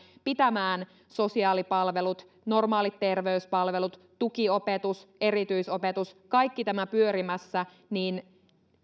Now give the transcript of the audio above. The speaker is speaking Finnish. pitämään sosiaalipalvelut normaalit terveyspalvelut tukiopetus erityisopetus kaikki tämä pyörimässä niin